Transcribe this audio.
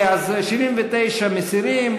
אז 79 מסירים.